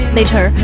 Later